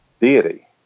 deity